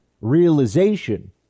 realization